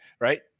right